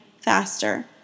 faster